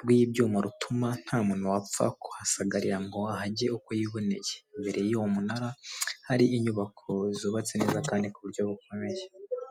rw'ibyuma rutuma nta muntu wapfa kuhasagarira ngo ahage uko yiboneye imbere y'uwo munara hari inyubako zubatse neza kandi ku buryo bukomeye.